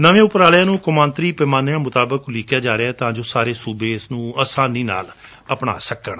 ਨਵੇਂ ਉਪਰਾਲਿਆਂ ਨੂੰ ਕੌਮਾਂਤਰੀ ਪੈਮਾਨਿਆਂ ਮੁਤਾਬਕ ਉਲੀਕਿਆ ਜਾ ਰਿਹੈ ਤਾਂ ਜੋ ਸਾਰੇ ਸੁਬੇ ਇਸ ਨੂੰ ਅਸਾਨੀ ਨਾਲ ਆਪਣਾ ਸਕਣ